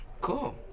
Cool